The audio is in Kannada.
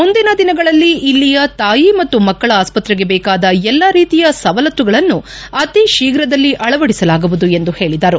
ಮುಂದಿನ ದಿನಗಳಲ್ಲಿ ಇಲ್ಲಿಯ ತಾಯಿ ಮತ್ತು ಮಕ್ಕಳ ಆಸ್ವತ್ತೆಗೆ ಬೇಕಾದ ಎಲ್ಲಾ ರೀತಿಯ ಸವಲತ್ತುಗಳನ್ನು ಅತೀ ತೀಪ್ರದಲ್ಲಿ ಅಳವಡಿಸಲಾಗುವುದು ಎಂದು ಹೇಳಿದರು